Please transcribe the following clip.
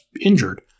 injured